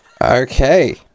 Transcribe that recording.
Okay